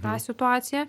tą situaciją